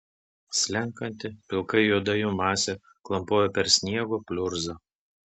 slenkanti pilkai juoda jų masė klampojo per sniego pliurzą